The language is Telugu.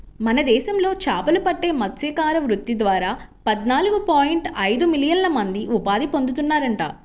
మన దేశంలో చేపలు పట్టే మత్స్యకార వృత్తి ద్వారా పద్నాలుగు పాయింట్ ఐదు మిలియన్ల మంది ఉపాధి పొందుతున్నారంట